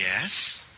Yes